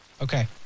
Okay